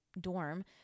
Dorm